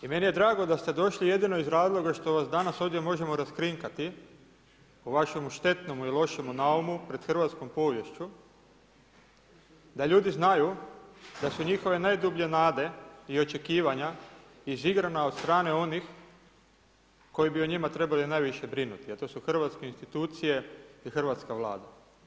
I meni je drago da ste došli jedino iz razloga što vas danas možemo raskrinkati o vašemu štetnome i lošemu naumu, pred hrvatskom poviješću, da ljudi znaju, da su njihove najdublje nade i očekivanja izigrana od strane onih koji bi o njima trebali najviše brinuti, a to su hrvatske institucije i hrvatska Vlada.